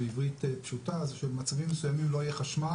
בעברית פשוטה זה שבמצבים מסוימים לא יהיה חשמל.